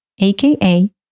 aka